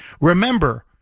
Remember